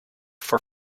for